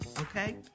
Okay